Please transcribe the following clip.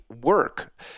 work